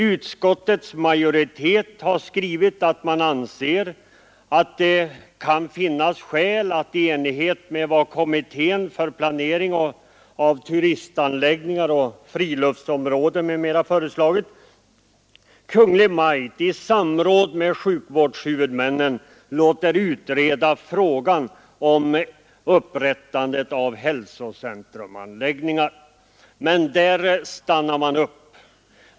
Utskottets majoritet skriver att man anser att det kan finnas skäl att, i enlighet med vad kommittén för planering av driftanläggningar och friluftsområden m.m. föreslagit, Kungl. Maj:t i samråd med sjukvårdshuvudmännen låter utreda frågan om upprättandet av hälsocentrumanläggningar. Men där stannar man upp.